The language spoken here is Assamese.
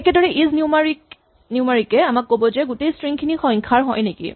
একেদৰে ইজ নিউমাৰিক এ আমাক ক'ব যে গোটেই স্ট্ৰিং টো সংখ্যাৰ হয় নেকি